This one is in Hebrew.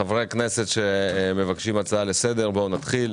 חברי הכנסת שמבקשים הצעה לסדר, בואו נתחיל.